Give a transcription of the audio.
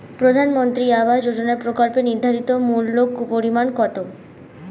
প্রধানমন্ত্রী আবাস যোজনার প্রকল্পের নির্ধারিত মূল্যে পরিমাণ কত?